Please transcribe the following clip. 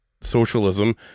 socialism